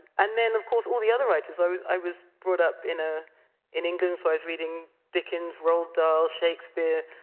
and then of course, all the other writers. i was i was brought up in ah in england, so i was reading dickens, roald dahl, shakespeare.